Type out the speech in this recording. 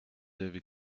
avez